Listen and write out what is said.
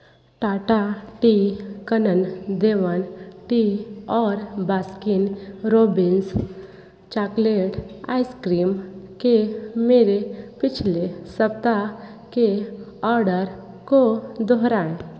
Tata tea Kanan Devan tea और Baskin Robbins chocolate ice cream के मेरे पिछले सप्ताह के ऑडर को दोहराएँ